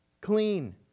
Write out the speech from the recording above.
clean